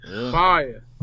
Fire